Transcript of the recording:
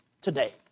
today